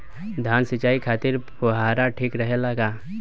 धान सिंचाई खातिर फुहारा ठीक रहे ला का?